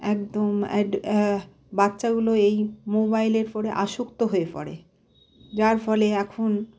একদম বাচ্চাগুলো এই মোবাইলের উপরে আসক্ত হয়ে পড়ে যার ফলে এখন